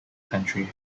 country